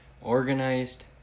Organized